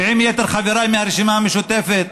ועם יתר חבריי מהרשימה המשותפת